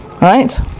Right